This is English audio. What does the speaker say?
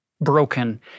broken